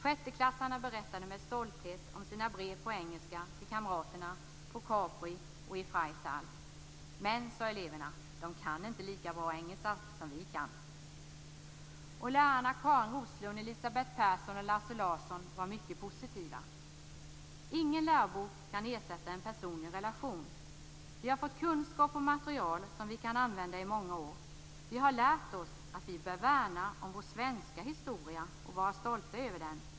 Sjätteklassarna berättade med stolthet om sina brev på engelska till kamraterna på Capri och i Freital. Men, sade eleverna, de kan inte lika bra engelska som vi kan. Lärarna Karin Roslund, Elisabet Persson och Lasse Larsson var mycket positiva. De sade: Ingen lärobok kan ersätta en personlig relation. Vi har fått kunskap och material som vi kan använda i många år. Vi har lärt oss att vi bör värna om vår svenska historia och vara stolta över den.